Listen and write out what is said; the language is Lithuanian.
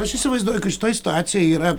aš įsivaizduoju kad šitoj situacijoj yra